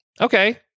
Okay